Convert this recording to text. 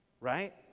Right